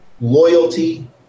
loyalty